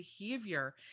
behavior